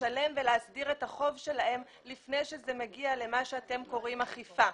לשלם ולהסדיר את החוב שלהם לפני שזה מגיע אל מה שאתם קוראים לו אכיפה.